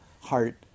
heart